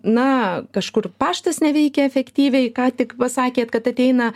na kažkur paštas neveikia efektyviai ką tik pasakėt kad ateina